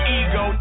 ego